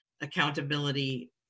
accountability